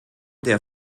der